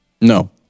No